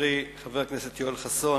חברי חבר הכנסת יואל חסון,